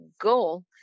goal